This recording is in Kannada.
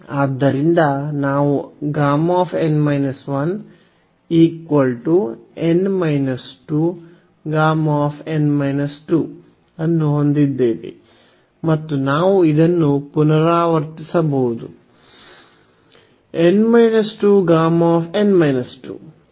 ಆದ್ದರಿಂದ ನಾವು Γ ಅನ್ನು ಹೊಂದಿದ್ದೇವೆ ಮತ್ತು ನಾವು ಇದನ್ನು ಪುನರಾವರ್ತಿಸುತ್ತಿರಬಹುದು